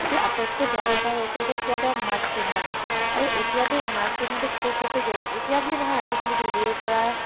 এইটো আটাইতকৈ বেয়া কথা হৈছে যে কিয় তেওঁ মাস্ক পিন্ধা নাই আৰু এতিয়াতো মাস্ক পিন্ধাটো খুব বেছি জৰুৰি এতিয়া বুলি নহয় আমি আচলতে ধূলিৰ পৰা